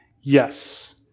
Yes